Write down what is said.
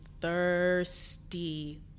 thirsty